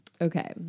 Okay